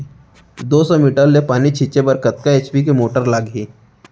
दो सौ मीटर ले पानी छिंचे बर कतका एच.पी के मोटर लागही?